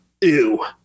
Ew